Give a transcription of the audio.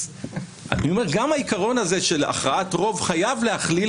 אני אומר שגם העקרון הזה של הכרעת רוב חייב להכליל